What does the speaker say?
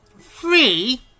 three